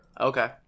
Okay